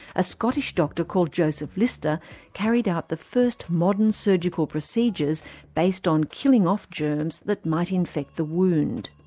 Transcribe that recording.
a scottish doctor called joseph lister carried out the first modern surgical procedures based on killing off germs that might infect the wound.